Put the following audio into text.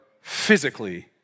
physically